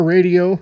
Radio